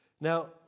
Now